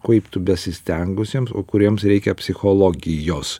kaip tu besistengusiems o kuriems reikia psichologijos